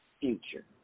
future